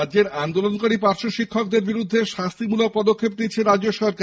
রাজ্যের আন্দোলনকারী পার্শ্বশিক্ষকদের বিরুদ্ধে শাস্তি মূলক পদক্ষেপ নিয়েছে রাজ্য সরকার